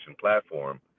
platform